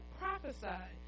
prophesied